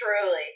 truly